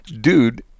dude